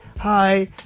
hi